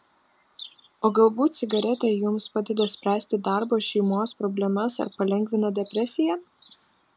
o galbūt cigaretė jums padeda spręsti darbo šeimos problemas ar palengvina depresiją